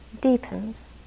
deepens